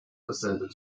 dasselbe